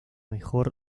mejor